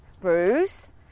Bruce